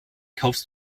kaufst